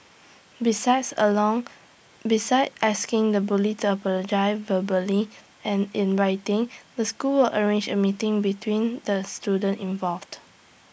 besides along besides asking the bully to apologise verbally and in writing the school will arrange A meeting between the students involved